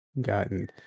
gotten